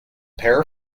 pair